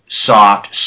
soft